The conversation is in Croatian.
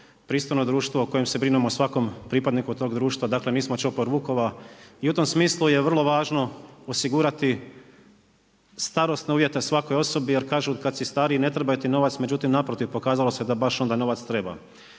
pristojno društvo o kojem se brinemo svakom pripadniku tog društva. Dakle, nismo čopor vukova. I u tom smislu je vrlo važno osigurati starosne uvjete svakoj osobi, jer kažu kad si stariji ne treba ti novac. Međutim, naprotiv pokazalo se da baš onda novac treba.